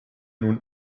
nun